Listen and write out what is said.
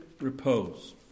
repose